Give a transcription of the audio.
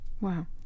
Wow